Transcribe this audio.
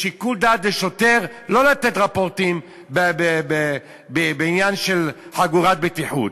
יש שיקול דעת לשוטר שלא לתת רפורטים בעניין של חגורת בטיחות.